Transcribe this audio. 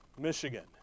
Michigan